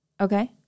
okay